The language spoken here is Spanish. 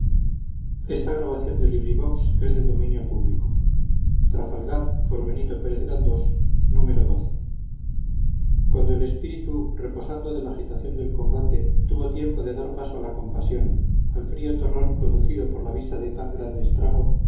vencido cuando el espíritu reposando de la agitación del combate tuvo tiempo de dar paso a la compasión al frío terror producido por la vista de tan grande estrago